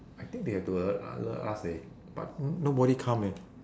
I think they have to al~ alert us eh but nobody come eh